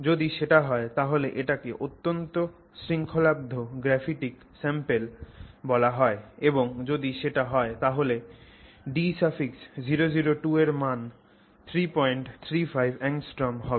যদি সেটা হয় তাহলে এটাকে অত্যন্ত শৃঙ্খলাবদ্ধ গ্রাফিটিক স্যাম্পল বলা হয় এবং যদি সেটা হয় তাহলে d002 এর মাণ 335 angstroms হবে